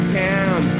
town